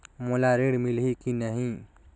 मोला ऋण मिलही की नहीं?